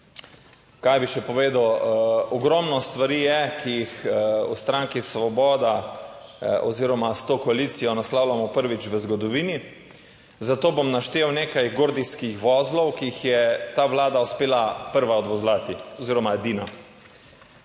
Kaj bi še povedal. Ogromno stvari je, ki jih v stranki Svoboda oziroma s to koalicijo naslavljamo prvič v zgodovini, zato bom naštel nekaj gordijskih vozlov, ki jih je ta Vlada uspela prva odvozlati oziroma edina.